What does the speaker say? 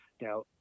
Now